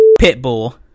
Pitbull